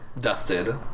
dusted